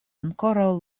ankoraŭ